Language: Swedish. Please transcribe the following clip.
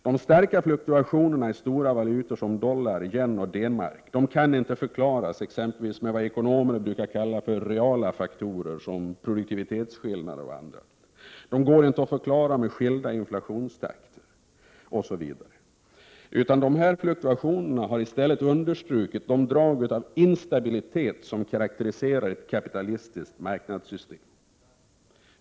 De starka fluktuationerna i stora valutor som dollar, yen och D-mark kan inte förklaras exempelvis med vad ekonomer brukar kalla för reala faktorer som produktivitetsskillnader och annat. Det går inte att förklara med skilda inflationstakter. Dessa fluktuationer har i stället understrukit de drag av instabilitet som karakteriserar ett kapitalistiskt marknadssystem.